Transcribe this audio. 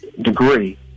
degree